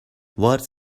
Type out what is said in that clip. words